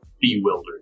bewildered